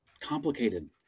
complicated